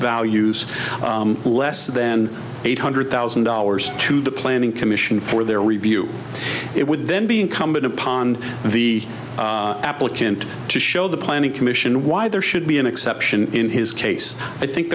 values less than eight hundred thousand dollars to the planning commission for their review it would then be incumbent upon the applicant to show the planning commission why there should be an exception in his case i think